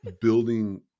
building